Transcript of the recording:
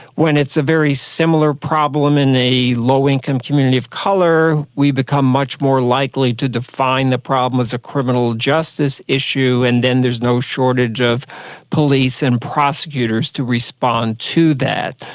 when it's a very similar problem in a low income community of colour we become much more likely to define the problem as a criminal justice issue and then there is no shortage of police and prosecutors to respond to that.